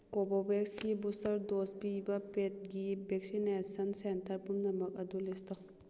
ꯀꯣꯕꯣꯚꯦꯛꯁꯀꯤ booster dose ꯄꯤꯕ ꯄꯦꯗꯀꯤ vaccination centre ꯄꯨꯝꯅꯃꯛ ꯑꯗꯨ ꯂꯤꯁ ꯇꯧ